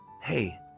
Hey